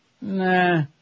Nah